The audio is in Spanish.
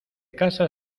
casa